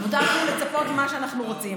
מותר לנו לצפות מה שאנחנו רוצים.